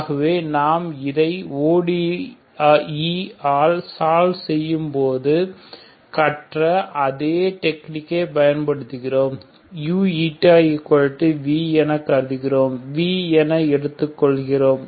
ஆகவே நாம் இதை ODE ஆல் சால்வ் செய்யும் போது கற்ற அதே டெக்னிக்கை பயன்படுத்துகிறோம் uv என கருதுகிறோம் V என எடுத்துக் கொள்கிறோம்